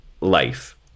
life